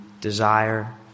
desire